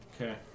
Okay